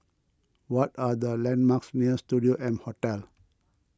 what are the landmarks near Studio M Hotel